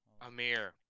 Amir